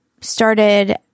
started